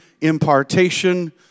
impartation